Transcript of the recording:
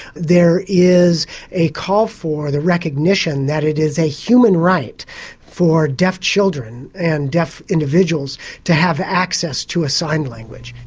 there is a call for the recognition that it is a human right for deaf children and deaf individuals to have access to a sign language.